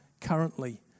currently